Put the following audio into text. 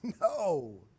No